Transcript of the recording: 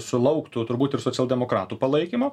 sulauktų turbūt ir socialdemokratų palaikymo